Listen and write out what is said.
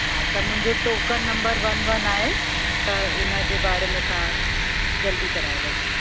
हा त मुंहिंजो टोकन नम्बर वन वन आहे त इन जे बारे में तव्हां जल्दी कराए वठिजो